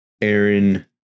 Aaron